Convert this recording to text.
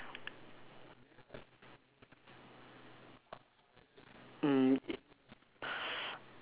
mm